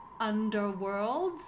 underworlds